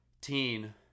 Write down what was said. Teen